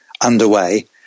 underway